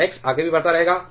तो x आगे भी बढ़ता रहेगा